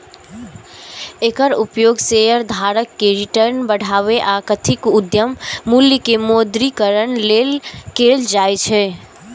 एकर उपयोग शेयरधारक के रिटर्न बढ़ाबै आ कथित उद्यम मूल्य के मौद्रीकरण लेल कैल जाइ छै